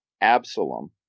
Absalom